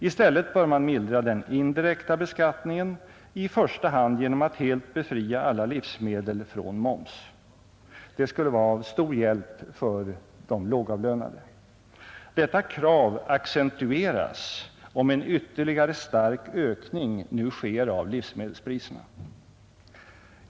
I stället bör man mildra den indirekta beskattningen, i första hand genom att helt befria alla livsmedel från moms. Det skulle vara av stor hjälp för de lågavlönade. Detta krav accentueras om en ytterligare stark ökning nu sker av livsmedelspriserna.